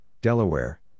Delaware